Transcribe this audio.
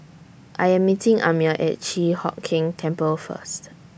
I Am meeting Amir At Chi Hock Keng Temple First